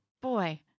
Boy